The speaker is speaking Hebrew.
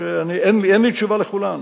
שאין לי תשובה על כולן,